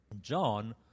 John